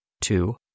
Two